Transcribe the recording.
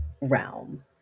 realm